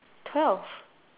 twelve